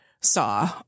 saw